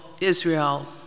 Israel